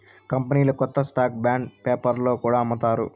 కంపెనీలు కొత్త stock bond పేపర్లో కూడా అమ్ముతారు